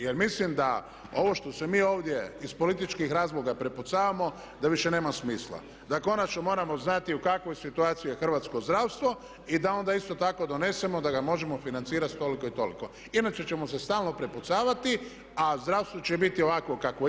Jer mislim da ovo što se mi ovdje iz političkih razloga prepucavamo da više nema smisla, da konačno moramo znati u kakvoj situaciji je hrvatsko zdravstvo i da onda isto tako donesemo da ga možemo financirati sa toliko i toliko inače ćemo se stalno prepucavati, a zdravstvo će biti ovakvo kakvo je.